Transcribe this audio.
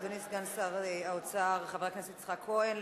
אדוני סגן שר האוצר חבר הכנסת יצחק כהן.